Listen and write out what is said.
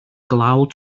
glaw